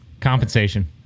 Compensation